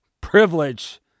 privilege